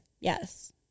Yes